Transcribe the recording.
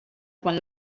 quan